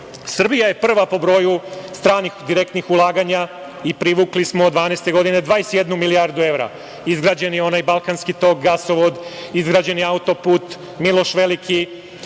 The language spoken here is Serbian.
Srbija je prva po broju stranih direktnih ulaganja i privukli smo od 2012. godine 21 milijardu evra. Izgrađen je onaj Balkanski tok, gasovod, izgrađen je auto-put Miloš veliki,